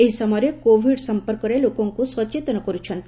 ଏହି ସମୟରେ କୋଭିଡ ସମ୍ମର୍କରେ ଲୋକଙ୍ଙୁ ସଚେତନ କରୁଛନ୍ତି